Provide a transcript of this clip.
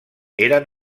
eren